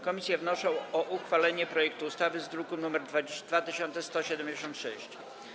Komisje wnoszą o uchwalenie projektu ustawy z druku nr 2176.